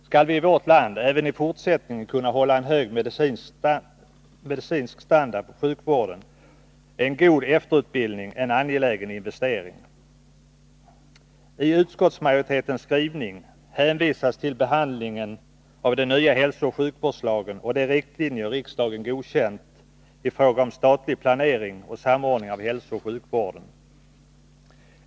Skall vi i vårt land även i fortsättningen kunna hålla en hög medicinsk standard på sjukvården, är en god efterutbildning en angelägen investering. I utskottsmajoritetens skrivning hänvisas till behandlingen av den nya hälsooch sjukvårdslagen och de riktlinjer riksdagen godkänt i fråga om statlig planering och samordning av hälsooch sjukvården.